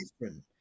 different